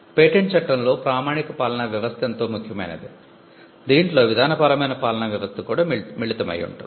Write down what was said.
patent చట్టంలో ప్రామాణిక పాలనా వ్యవస్థ ఎంతో ముఖ్యమైనది దీంట్లో విధానపరమైన పాలనా వ్యవస్థ కూడా మిళితమై ఉంటుంది